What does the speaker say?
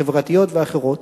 חברתיות ואחרות,